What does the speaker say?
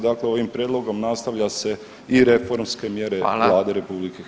Dakle, ovim prijedlogom nastavlja se i reformske mjere Vlade RH.